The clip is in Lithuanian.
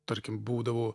tarkim būdavo